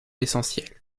l’essentiel